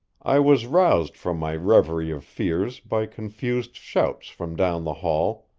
i was roused from my reverie of fears by confused shouts from down the hall,